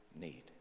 need